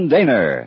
Daner